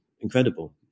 incredible